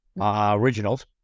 originals